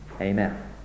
Amen